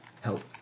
help